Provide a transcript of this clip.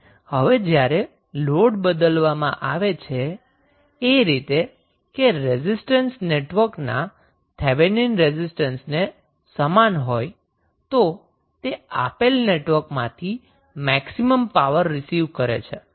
હવે જ્યારે લોડ બદલવામા આવે છે એ રીતે કે રેઝિસ્ટન્સ નેટવર્કના થેવેનિન રેઝિસ્ટન્સને સમાન હોય તો તે આપેલા નેટવર્કમાંથી મેક્સિમમ પાવર રીસીવ કરે છે